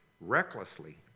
recklessly